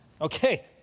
Okay